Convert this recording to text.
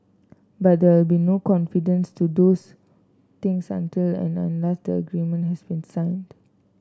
but there will be no confidence to things until and unless that agreement has been signed